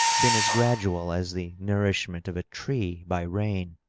been as gradual as the nour ishment of a tree by rain.